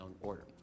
order